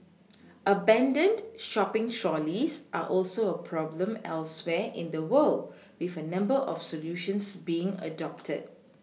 abandoned shopPing trolleys are also a problem elsewhere in the world with a number of solutions being adopted